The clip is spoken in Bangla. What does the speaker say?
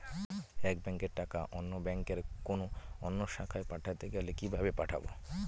এক ব্যাংকের টাকা অন্য ব্যাংকের কোন অন্য শাখায় পাঠাতে গেলে কিভাবে পাঠাবো?